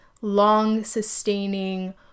long-sustaining